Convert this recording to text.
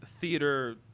theater